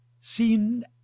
seen